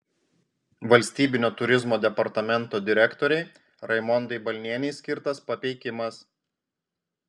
valstybinio turizmo departamento direktorei raimondai balnienei skirtas papeikimas